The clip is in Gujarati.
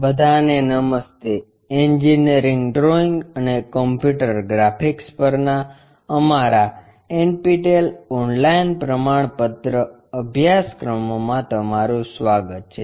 બધાને નમસ્તે એન્જીનિયરિંગ ડ્રોઇંગ અને કમ્પ્યુટર ગ્રાફિક્સ પરના આપણા NPTEL ઓનલાઇન પ્રમાણપત્ર અભ્યાસક્રમોમાં તમારું સ્વાગત છે